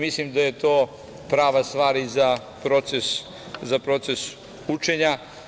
Mislim da je to prava stvar i za proces učenja.